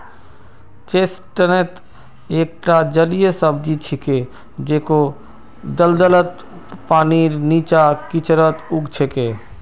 chestnut एकता जलीय सब्जी छिके जेको दलदलत, पानीर नीचा, कीचड़त उग छेक